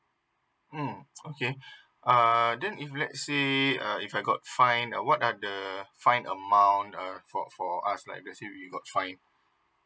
oh okay uh then if let's see it uh if I got fine uh what uh find amount uh for for us like with you got strike